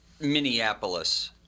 Minneapolis